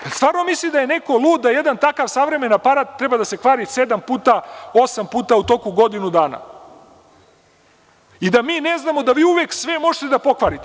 Da li stvarno misli da je neko lud da jedan takav savremen aparat treba da se kvari sedam, osam puta u toku godinu dana i da mi ne znamo da vi uvek sve možete da pokvarite?